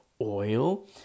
oil